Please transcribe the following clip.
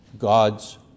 God's